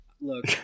look